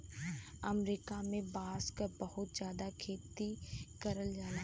अमरीका में बांस क बहुत जादा खेती करल जाला